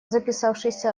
записавшихся